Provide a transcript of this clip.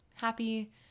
Happy